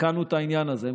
תיקנו את העניין הזה.